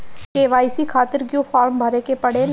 KYC खातिर क्यूं form भरे के पड़ेला?